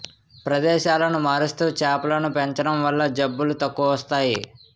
ప్రదేశాలను మారుస్తూ చేపలను పెంచడం వల్ల జబ్బులు తక్కువస్తాయి